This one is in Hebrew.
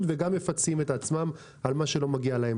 וגם מפצים עצמם על מה שלא מגיע להם.